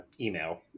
email